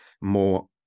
more